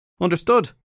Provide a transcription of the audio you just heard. Understood